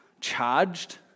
charged